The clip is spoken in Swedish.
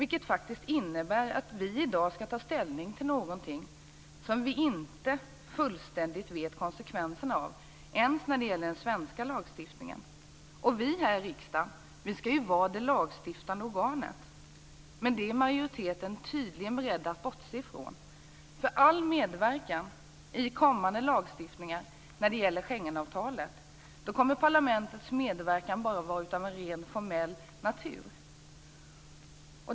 Det innebär att vi i dag skall ta ställning till någonting som vi inte fullständigt vet konsekvenserna av, ens när det gäller den svenska lagstiftningen. Vi här i riksdagen skall ju vara det lagstiftande organet, men det är majoriteten tydligen beredd att bortse från. I all kommande lagstiftning när det gäller Schengenavtalet kommer parlamentets medverkan bara att vara av rent formell natur.